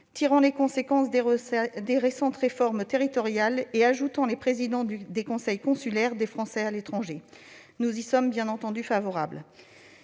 tirant les conséquences des récentes réformes territoriales, et en ajoutant les présidents des conseils consulaires des Français de l'étranger. Nous y sommes bien entendu favorables.